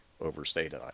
overstated